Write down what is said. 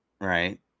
right